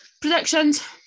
predictions